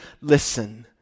listen